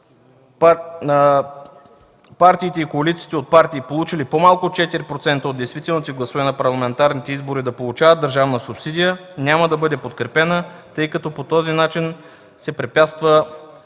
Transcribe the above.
партиите и коалициите от партии, получили по-малко от 4% от действителните гласове на парламентарните избори, да получават държавна субсидия, няма да бъде подкрепена, тъй като по този начин се препятства